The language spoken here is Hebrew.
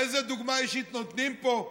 איזו דוגמה אישית נותנים פה,